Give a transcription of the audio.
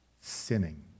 sinning